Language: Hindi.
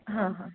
हाँ हाँ